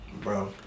Bro